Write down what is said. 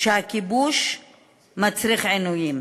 שהכיבוש מצריך עינויים